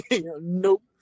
nope